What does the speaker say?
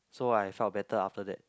so I felt better after that